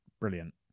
Brilliant